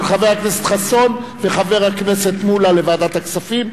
חבר הכנסת חסון וחבר הכנסת מולה לוועדת הכספים.